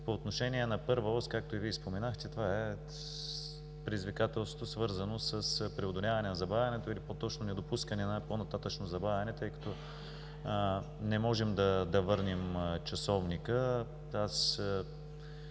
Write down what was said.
По отношение на първа ос, както и Вие споменахте, това е предизвикателство, свързано с преодоляване на забавянето или по-точно недопускане на по-нататъшно забавяне, тъй като не можем да върнем часовника.